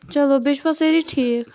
چلو بیٚیہِ چھِوا سٲری ٹھیٖک